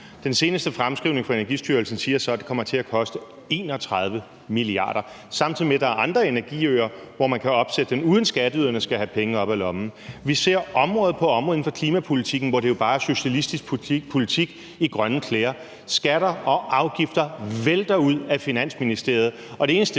Den seneste fremskrivning fra Energistyrelsen siger så, at det kommer til at koste 31 mia. kr., samtidig med at der er andre energiøer, hvor man kan opsætte dem, uden at skatteyderne skal have penge op af lommen. Vi ser område på område inden for klimapolitikken, hvor det jo bare er socialistisk politik i grønne klæder. Skatter og afgifter vælter ud af Finansministeriet,